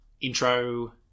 intro